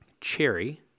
cherry